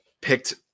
Picked